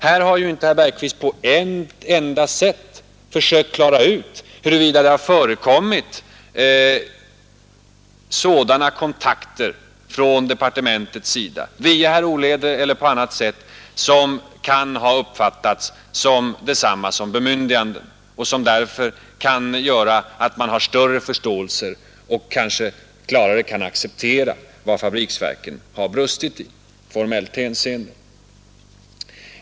Här har herr Bergqvist inte på något sätt försökt klara ut huruvida det har förekommit sådana kontakter från departementets sida, via herr Olhede eller på annat sätt, som kan ha uppfattats som ett bemyndigande och som därför kan göra att man får större förståelse för och kanske lättare kan acceptera vad som brustit i formellt hänseende.